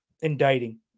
indicting